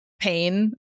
pain